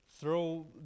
Throw